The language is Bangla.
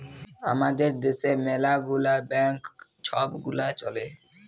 আমাদের দ্যাশে ম্যালা গুলা ব্যাংক ছব গুলা চ্যলে